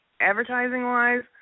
advertising-wise